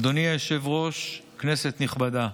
אדוני היושב-ראש, כנסת נכבדה,